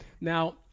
Now